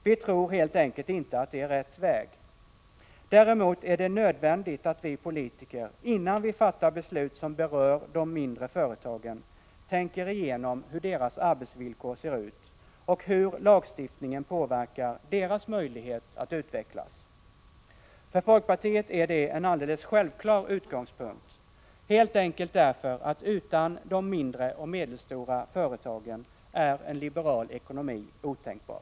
Vi tror helt enkelt inte att det är rätt väg. Däremot är det nödvändigt att vi politiker, innan vi fattar beslut som berör de mindre företagen, tänker igenom hur deras arbetsvillkor ser ut och hur lagstiftningen påverkar deras möjlighet att utvecklas. För folkpartiet är det här en alldeles självklar utgångspunkt, helt enkelt därför att utan de mindre och medelstora företagen är en liberal ekonomi otänkbar!